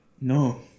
No